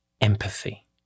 empathy